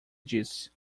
diz